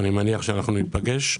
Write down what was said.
ואני מניח שאנחנו ניפגש.